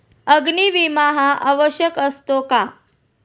अग्नी विमा हा आवश्यक असतो का?